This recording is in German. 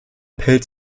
appell